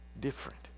different